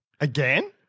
Again